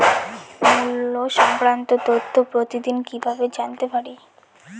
মুল্য সংক্রান্ত তথ্য প্রতিদিন কিভাবে জানতে পারি?